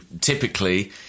typically